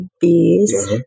Bees